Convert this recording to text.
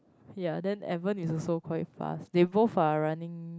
ya then Edward is also quite fast they both are running